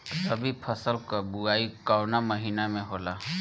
रबी फसल क बुवाई कवना महीना में होला?